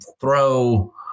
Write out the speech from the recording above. throw